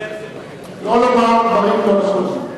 לא לומר דברים לא נכונים.